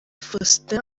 faustin